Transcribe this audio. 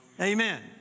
Amen